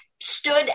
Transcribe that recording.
stood